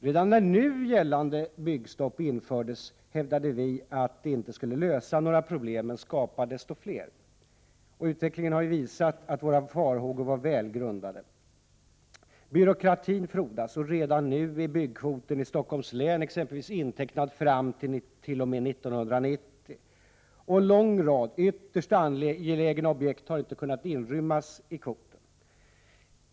Redan när nu gällande byggstopp infördes hävdade vi att det inte skulle lösa några problem men skapa desto fler. Utvecklingen har visat att våra farhågor var välgrundade. Byråkratin frodas, och redan nu är t.ex. byggkvoten i Stockholms län intecknad fram till 1990. En lång rad ytterst angelägna objekt har inte kunnat inrymmas i kvoten.